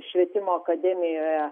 švietimo akademijoje